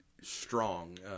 strong